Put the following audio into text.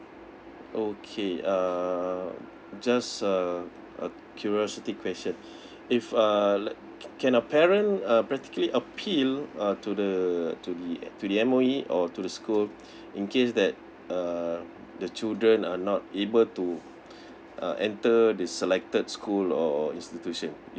okay uh just a a curiosity question if uh let can a parent uh practically appeal uh to the to the uh to the M_O_E or to the school in case that uh the children are not able to uh enter the selected school or or institution